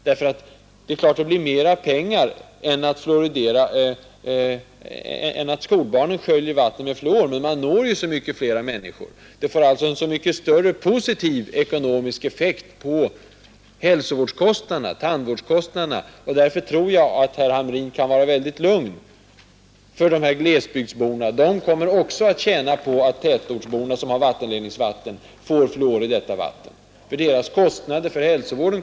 Självfallet kostar det mera pengar än vid munsköljning av skolbarn, men man når ju på det förra sättet så mycket flera människor. Man uppnår alltså därigenom en mycket större positiv ekonomisk effekt på tandvårdskostnaderna. Därför tror jag att herr Hamrin kan vara mycket lugn beträffande glesbygdsborna. Också de kommer att tjäna på att tätortsborna, som har vattenledningsvatten, får fluor i detta. Härigenom minskar kostnaderna för hälsovården.